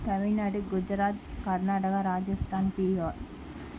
Tamil Nadu Gujarat Karnataka Rajasthan Bihar